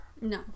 No